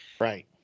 right